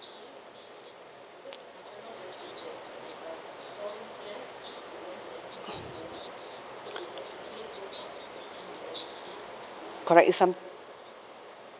correct it's some